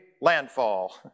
landfall